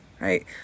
right